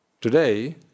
today